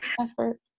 effort